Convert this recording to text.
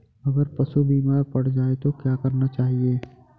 अगर पशु बीमार पड़ जाय तो क्या करना चाहिए?